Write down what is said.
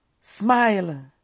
smile